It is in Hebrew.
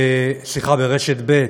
סליחה, ברשת ב'